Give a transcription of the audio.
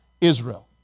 Israel